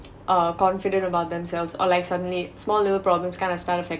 uh confident about themselves or like suddenly small little problems kind of started affecting